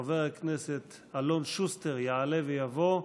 חבר הכנסת אלון שוסטר יעלה ויבוא,